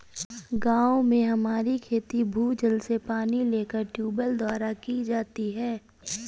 गांव में हमारी खेती भूजल से पानी लेकर ट्यूबवेल द्वारा की जाती है